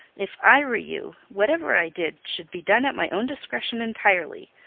if i were you, whatever i did should be done at my own discretion entirely.